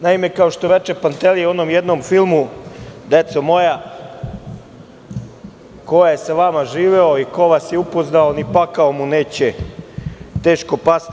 Naime, kao što reče Pantelija u onom jednom filmu – deco moja, ko je sa vama živeo i ko vas je upoznao, ni pakao mu neće teško pasti.